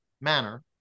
manner